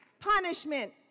punishment